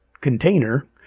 container